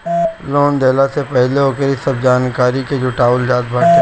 loan देहला से पहिले ओकरी सब जानकारी के जुटावल जात बाटे